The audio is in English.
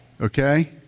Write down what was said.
Okay